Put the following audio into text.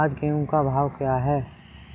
आज गेहूँ का भाव क्या है?